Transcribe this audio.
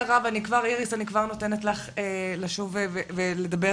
איריס, אני כבר נותנת לך לשוב ולדבר.